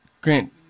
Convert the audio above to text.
Grant